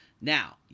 Now